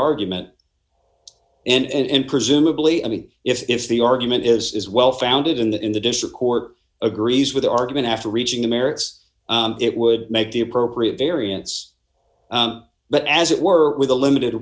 argument and presumably i mean if the argument is well founded in the in the district court agrees with the argument after reaching the merits it would make the appropriate variance but as it were with a limited